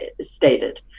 stated